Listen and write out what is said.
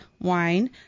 wine